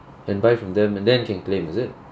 can buy from them and then can claim is it